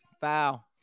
Foul